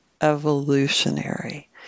evolutionary